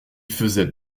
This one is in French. faisait